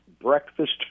breakfast